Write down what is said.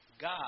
God